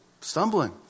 stumbling